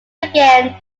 again